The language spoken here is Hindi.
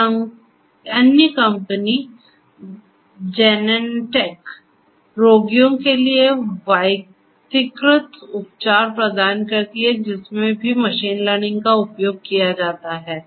एक अन्य कंपनी Genentech रोगियों के लिए वैयक्तिकृत उपचार प्रदान करती है जिसमें भी मशीन लर्निंग का उपयोग किया जाता है